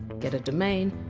get a domain,